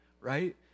right